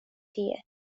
tie